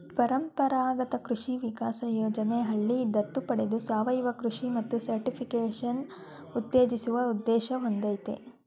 ಪರಂಪರಾಗತ ಕೃಷಿ ವಿಕಾಸ ಯೋಜನೆ ಹಳ್ಳಿ ದತ್ತು ಪಡೆದು ಸಾವಯವ ಕೃಷಿ ಮತ್ತು ಸರ್ಟಿಫಿಕೇಷನ್ ಉತ್ತೇಜಿಸುವ ಉದ್ದೇಶ ಹೊಂದಯ್ತೆ